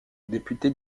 député